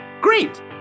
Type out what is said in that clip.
Great